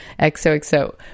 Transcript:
XOXO